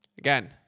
Again